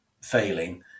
failing